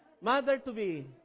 Mother-to-be